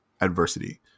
adversity